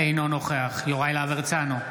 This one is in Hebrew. אינו נוכח יוראי להב הרצנו,